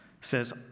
says